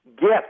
get